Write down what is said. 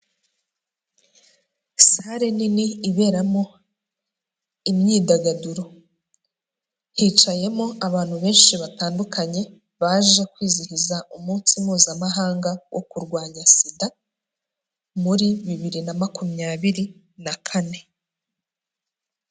Sare nini iberamo imyidagaduro, hicayemo abantu benshi batandukanye, baje kwizihiza umunsi mpuzamahanga wo kurwanya sida, muri bibiri na makumyabiri na kane.